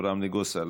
אברהם נגוסה,